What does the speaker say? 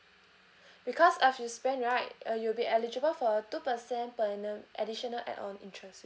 because as you spend right uh you'll be eligible for two percent per annum additional add on interest